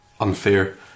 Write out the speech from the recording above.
unfair